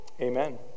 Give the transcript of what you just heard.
amen